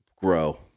grow